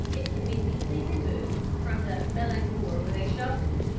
it can be neatly removed from the melangeur with a shovel.